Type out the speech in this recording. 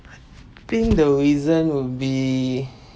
I think the reason would be